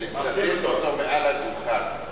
לצטט אותו מעל הדוכן.